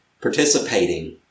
participating